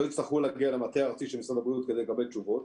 שלא יצטרכו להגיע למטה הארצי של משרד הבריאות כדי לקבל תשובות.